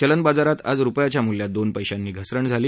चलनबाजारात आज रुपयाच्या मुल्यात दोन पेशांनी घसरण झाली